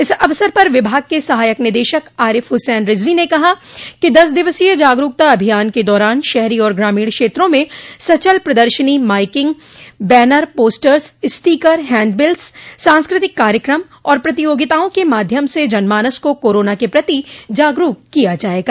इस अवसर पर विभाग के सहायक निदेशक आरिफ हुसैन रिजवी ने कहा कि दस दिवसीय जागरूकता अभियान के दौरान शहरी और ग्रामीण क्षेत्रों में सचल प्रदर्शनी miking banner posters sticker handbills सांस्कृतिक कार्यक्रम व प्रतियोगितायों के माध्यम से जनमानस को कोरोना के प्रति जागरूक किया जायेगा